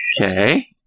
Okay